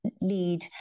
lead